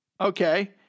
Okay